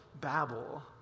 Babel